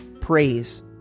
praise